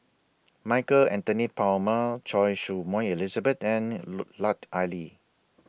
Michael Anthony Palmer Choy Su Moi Elizabeth and Lut Ali